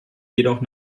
jedoch